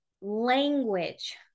language